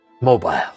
mobile